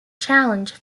challenged